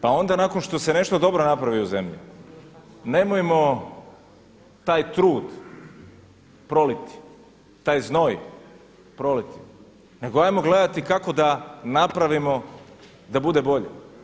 Pa onda nakon što se nešto dobro napravi u zemlji nemojmo taj trud proliti, taj znoj proliti, nego hajmo gledati kako da napravimo da bude bolje.